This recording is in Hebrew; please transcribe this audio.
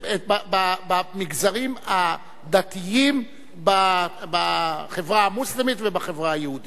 במגזרים הדתיים בחברה המוסלמית ובחברה היהודית.